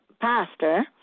pastor